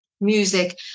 music